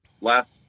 last